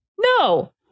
No